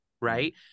right